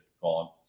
gone